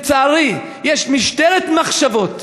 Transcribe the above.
לצערי, יש משטרת מחשבות,